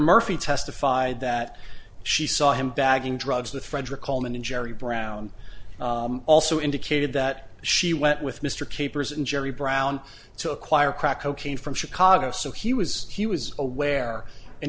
murphy testified that she saw him bagging drugs with frederick allman and jerry brown also indicated that she went with mr capers and jerry brown to acquire crack cocaine from chicago so he was he was aware and